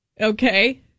Okay